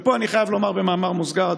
ופה אני חייב לומר במאמר מוסגר,